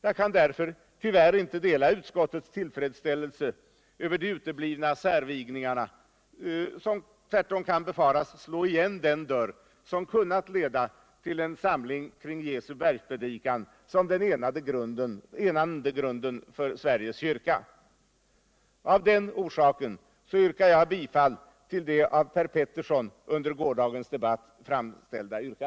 Jag kan därför tyvärr inte dela utskottets tillfredsställelse över de uteblivna särvigningarna, som tvärtom kan befaras slå igen den dörr som kunnat leda tillen samling kring Jesu bergspredikan som den enande grunden för Sveriges kyrka.